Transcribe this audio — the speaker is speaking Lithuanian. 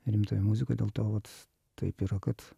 rimtąją muziką dėl to vat taip yra kad